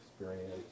experience